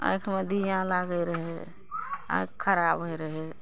आँखिमे दीया लागै रहै आँखि खराब होइ रहै